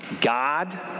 God